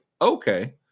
okay